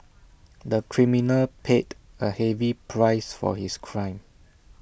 the criminal paid A heavy price for his crime